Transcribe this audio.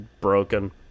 broken